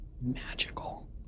magical